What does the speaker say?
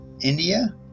India